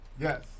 Yes